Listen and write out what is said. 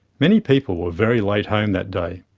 many people were very late home that day.